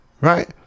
right